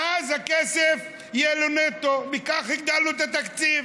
ואז הכסף יהיה לו נטו, וכך הגדלנו לו את התקציב.